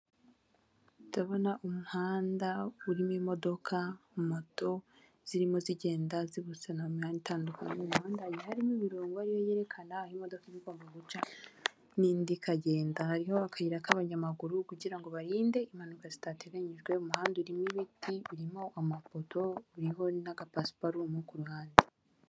Ndabona umuhanda urimo imodoka, moto zirimo zigenda zibutsa na mihanda itandukanye iyo mihanda hakaba harimo imirongo ariyo yerekana aho imodoka iba igomba guca n'indi ikagenda hariho akayira k'abanyamaguru kugira barinde impanuka zitateganyijwe umuhanda urimo ibiti birimo amafoto uriho n'agapasiparumu ku ruhande.